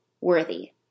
worthy